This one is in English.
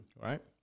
right